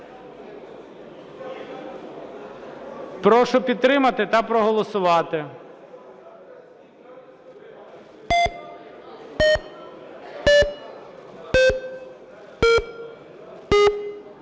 Прошу підтримати та проголосувати.